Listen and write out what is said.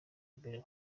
mbere